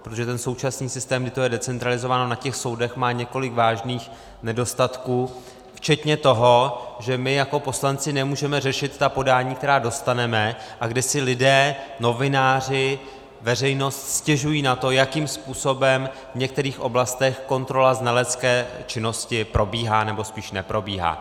Protože ten současný systém, kdy je to decentralizováno na těch soudech, má několik vážných nedostatků, včetně toho, že my jako poslanci nemůžeme řešit ta podání, která dostaneme, a kdy si lidé, novináři, veřejnost, stěžují na to, jakým způsobem v některých oblastech kontrola znalecké činnosti probíhá, nebo spíš neprobíhá.